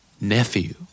nephew